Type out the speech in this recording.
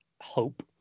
hope